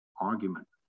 argument